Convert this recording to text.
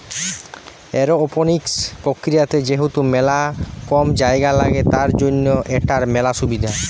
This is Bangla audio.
এরওপনিক্স প্রক্রিয়াতে যেহেতু মেলা কম জায়গা লাগে, তার জন্য এটার মেলা সুবিধা